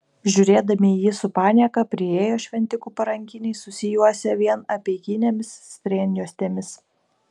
žiūrėdami į jį su panieka priėjo šventikų parankiniai susijuosę vien apeiginėmis strėnjuostėmis